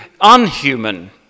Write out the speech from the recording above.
unhuman